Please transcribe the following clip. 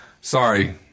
sorry